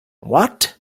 what